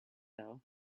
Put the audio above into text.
though